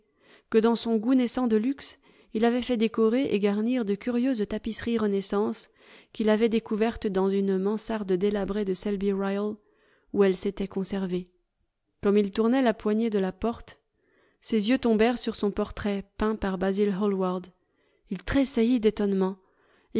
que dans son goût naissant de luxe il avait fait décorer et garnir de curieuses tapisseries renaissance qu'il avait découvertes dans une mansarde délabrée deselby royal où elles s'étaient conservées gomme il tournait la poignée de la porte ses yeux tombèrent sur son portrait peint par basil hall ward il tressaillit d'étonnement